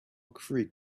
creek